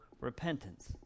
repentance